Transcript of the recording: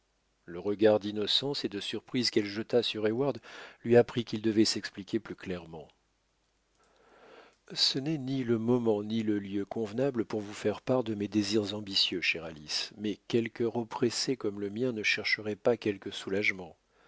le regard d'innocence et de surprise qu'elle jeta sur heyward lui apprit qu'il devait s'expliquer plus clairement ce n'est ni le moment ni le lieu convenables pour vous faire part de mes désirs ambitieux chère alice mais quel cœur oppressé comme le mien ne chercherait pas quelque soulagement